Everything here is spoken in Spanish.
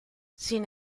sin